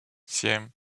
семь